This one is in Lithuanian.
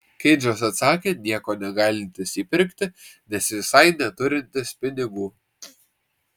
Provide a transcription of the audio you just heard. keidžas atsakė nieko negalintis įpirkti nes visai neturintis pinigų